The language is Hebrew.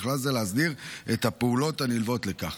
ובכלל זה להסדיר את הפעולות הנלוות לכך,